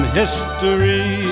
history